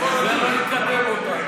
זה לא יקדם אותנו.